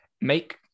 make